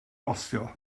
gostio